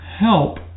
help